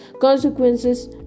consequences